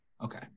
Okay